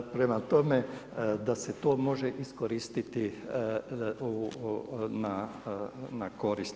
Prema tome, da se to može iskoristiti na korist.